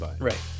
Right